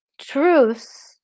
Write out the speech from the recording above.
truths